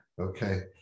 Okay